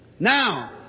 Now